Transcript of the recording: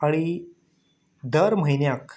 आनी दर म्हयन्याक